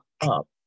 up